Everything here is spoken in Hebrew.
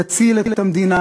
יציל את המדינה,